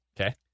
Okay